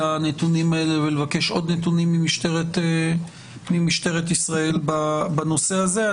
הנתונים האלה ולבקש עוד נתונים ממשטרת ישראל בנושא הזה.